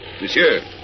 Monsieur